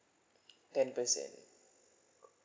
ten percent